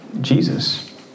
Jesus